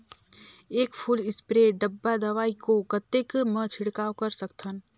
एक full spray डब्बा दवाई को कतेक म छिड़काव कर सकथन?